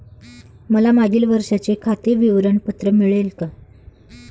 मला मागील वर्षाचे खाते विवरण पत्र मिळेल का?